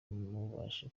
mubasha